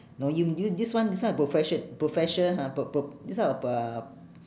no you th~ this one this one profession profession ha pro~ pro~ this type of uh